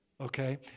Okay